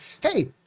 hey